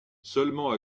seulement